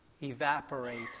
evaporate